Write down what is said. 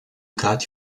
got